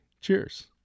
Cheers